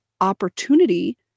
opportunity